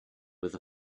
with